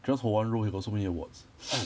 just for one role he got also many awards